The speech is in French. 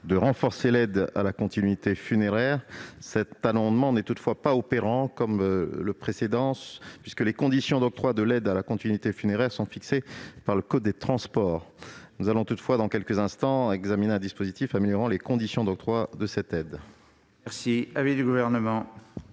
de renforcer l'aide à la continuité funéraire. Cet amendement n'est toutefois pas plus opérant que le précédent. En effet, les conditions d'octroi de l'aide à la continuité funéraire sont fixées par le code des transports. Nous examinerons dans quelques instants un dispositif améliorant les conditions d'octroi de cette aide.